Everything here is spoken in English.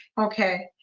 okay,